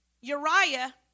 Uriah